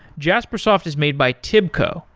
jaspersoft is made by tibco,